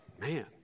man